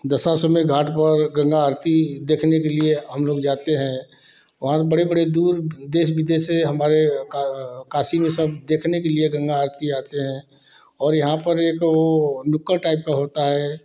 दशाश्वमेध घाट पर गंगा आरती देखने के लिए हम लोग जाते हैं वहाँ से बड़े बड़े दूर देश विदेश से हमारे काशी में सब देखने के लिए गंगा आरती आते हैं और यहाँ पर एक वह नुक्कड़ टाइप का होता है